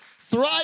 Thrive